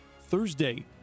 thursday